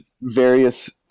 Various